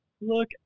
Look